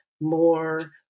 more